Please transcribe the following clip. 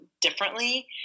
differently